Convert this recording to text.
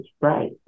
right